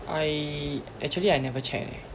I actually I never check leh